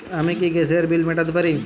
আমি কি গ্যাসের বিল মেটাতে পারি?